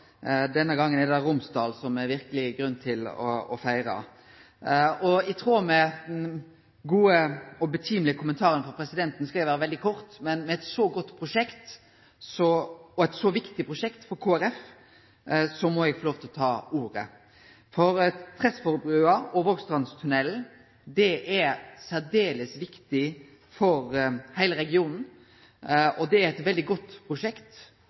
kommentaren frå presidenten skal eg vere veldig kort. Men med eit så godt prosjekt, og eit så viktig prosjekt for Kristeleg Folkeparti, må eg få lov til å ta ordet. Tresfjordbrua og Vågstrandstunnelen er særdeles viktige for heile regionen. Det er eit veldig godt prosjekt,